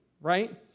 right